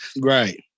Right